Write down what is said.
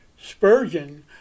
Spurgeon